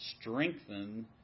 strengthen